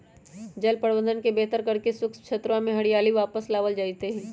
जल प्रबंधन के बेहतर करके शुष्क क्षेत्रवा में हरियाली वापस लावल जयते हई